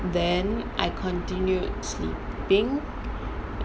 then I continued sleeping